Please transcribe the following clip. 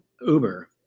Uber